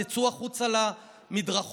תצאו החוצה למדרכות,